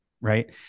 right